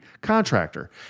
contractor